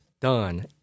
done